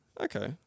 Okay